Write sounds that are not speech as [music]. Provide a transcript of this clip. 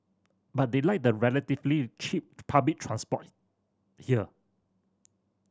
but they like the relatively cheap public transport [unintelligible] here